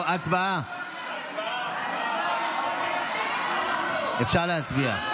טוב, הצבעה, אפשר להצביע.